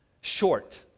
short